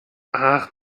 ach